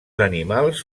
animals